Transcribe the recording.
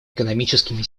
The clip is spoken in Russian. экономическими